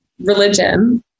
religion